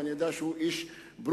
ואני יודע שהוא איש ברוך-כישורים,